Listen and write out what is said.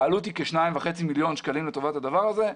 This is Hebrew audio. העלות היא כשניים וחצי מיליון שקלים לטובת הדבר הזה.